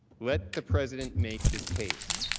let the president make his case.